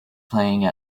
playing